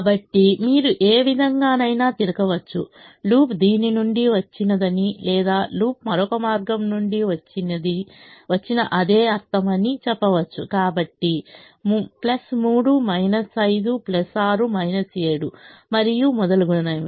కాబట్టి మీరు ఏ విధంగానైనా తిరగవచ్చు లూప్ దీని నుండి వచ్చినదని లేదా లూప్ మరొక మార్గం నుండి వచ్చిన అదే అర్ధం అని చెప్పవచ్చు కాబట్టి 3 5 6 7 మరియు మొదలైనవి